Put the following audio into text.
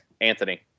Anthony